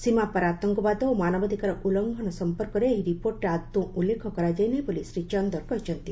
ସୀମାପାର ଆତଙ୍କବାଦ ଓ ମାନବାଧିକାର ଉଲ୍ଲୁଂଘନ ସଂପର୍କରେ ଏହି ରିପୋର୍ଟରେ ଆଦୌ ଉଲ୍ଲେଖ କରାଯାଇ ନାହିଁ ବୋଲି ଶ୍ରୀ ଚନ୍ଦର୍ କହିଛନ୍ତି